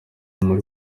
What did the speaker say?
muri